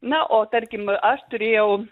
na o tarkim aš turėjau